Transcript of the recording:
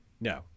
No